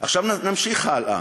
נמשיך הלאה.